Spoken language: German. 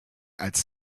als